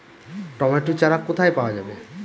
Tomato চারা কোথায় পাওয়া যাবে?